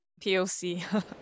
POC